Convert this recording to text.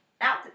out